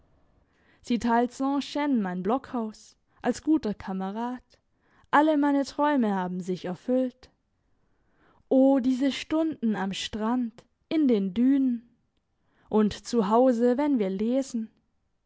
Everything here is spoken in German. sie teilt sans gne mein blockhaus als guter kamerad alle meine träume haben sich erfüllt o diese stunden am strand in den dünen und zu hause wenn wir lesen